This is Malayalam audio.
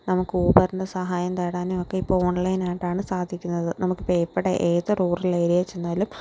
നമുക്ക് ഊബറിൻ്റെ സഹായം തേടാനും ഒക്കെ ഇപ്പോൾ ഓൺലൈനായിട്ടാണ് സാധിക്കുന്നത് നമുക്കിപ്പോൾ എവിടെ ഏത് റൂറൽ ഏരിയയിൽ ചെന്നാലും